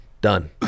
Done